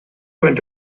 went